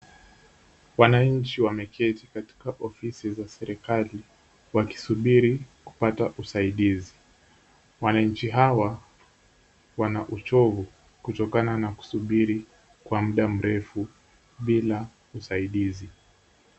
Wananchi wameketi katika ofisi za serikali wakisubiri kupata usaidizi. Wananchi hawa wana uchovu kutokana na kusubiri kwa muda mrefu bila usaidizi.